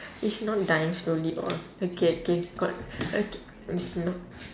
is not dying slowly or okay okay got okay it's not